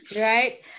right